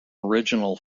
original